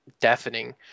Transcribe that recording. deafening